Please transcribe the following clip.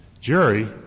Jerry